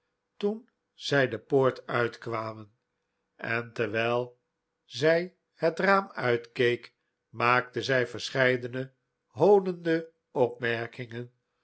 toen zij de poort uitkwamen en terwijl zij het raam uitkeek maakte zij verscheidene hoonende opmerkingen